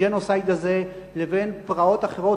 הג'נוסייד הזה לבין פרעות אחרות,